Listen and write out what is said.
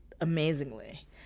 amazingly